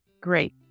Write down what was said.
Great